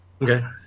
Okay